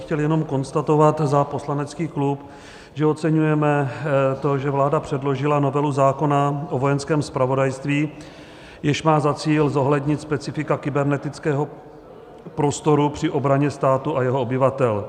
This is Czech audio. Chtěl bych jenom konstatovat za poslanecký klub, že oceňujeme to, že vláda předložila novelu zákona o Vojenském zpravodajství, jež má za cíl zohlednit specifika kybernetického prostoru při obraně státu a jeho obyvatel.